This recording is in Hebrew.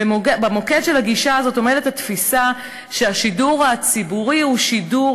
במוקד של הגישה הזאת עומדת התפיסה שהשידור הציבורי הוא שידור